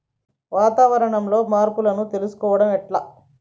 వాతావరణంలో మార్పులను తెలుసుకోవడం ఎట్ల?